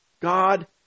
God